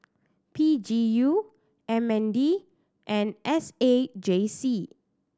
P G U M N D and S A J C